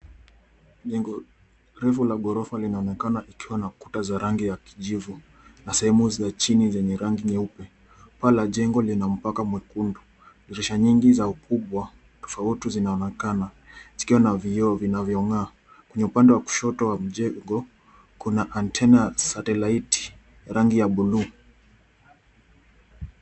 Jengo la ghorofa linaonekana ikiwa na kuta za rangi ya kijivu na sehemu za chini zenye rangi nyeupe. Paa jengo lina mpaka mwekundu. Dirisha nyingi za ukubwa tofauti zinaonekana zikiwa na vioo vinavyong'aa. Kwenye upande wa kushoto wa mjengo, kuna antena setilaiti rangi ya bluu.